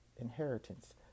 inheritance